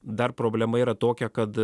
dar problema yra tokia kad